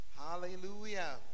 Hallelujah